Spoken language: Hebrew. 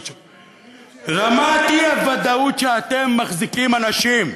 רמת האי-ודאות שבה אתם מחזיקים אנשים,